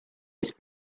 its